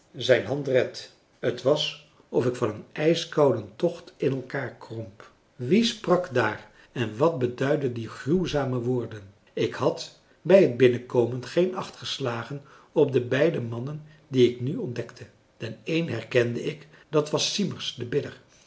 zijn hand redt t was of ik van een ijskouden tocht in elkaar kromp wie sprak daar en wat beduidden die gruwzame woorden ik had bij het binnenkomen geen acht geslagen op de beide mannen die ik nu ontdekte den een herkende ik dat was siemers de bidder